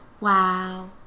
wow